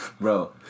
Bro